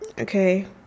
okay